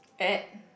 at